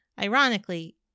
Ironically